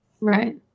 Right